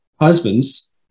Husbands